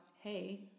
hey